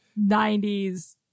90s